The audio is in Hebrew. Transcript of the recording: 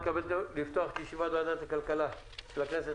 אני מתכבד לפתוח את ישיבת ועדת הכלכלה של הכנסת,